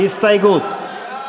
הסתייגות.